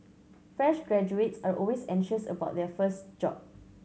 fresh graduates are always anxious about their first job